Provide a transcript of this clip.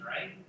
right